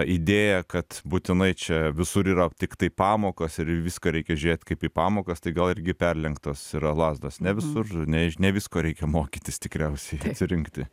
idėja kad būtinai čia visur yra tiktai pamokos ir į viską reikia žiūrėt kaip į pamokas tai gal irgi perlenktos yra lazdos ne visur ne ne visko reikia mokytis tikriausiai atsirinkti